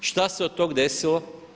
Šta se od tog desilo?